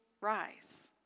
rise